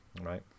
right